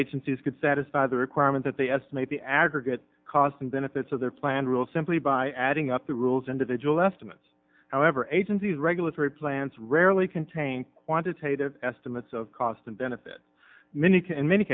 agencies could satisfy the requirement that they estimate the aggregate cost and benefits of their plan will simply by adding up the rules individual estimates however agencies regulatory plans rarely contain quantitative estimates of cost and benefit many can in many